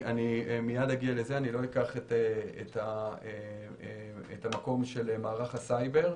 מיד אגיע לזה, לא אקח את המקום של מערך הסייבר.